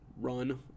run